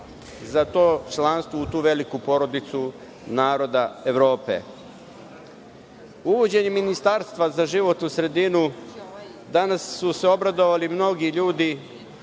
za to članstvo u tu veliku porodicu naroda Evrope. Uvođenjem ministarstva za životnu sredinu danas su se obradovali mnogi ljudi